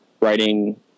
Writing